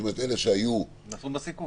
של אלה -- שנשאו בסיכון.